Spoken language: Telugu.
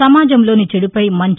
సమాజంలోని చెడుపై మంచి